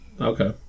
Okay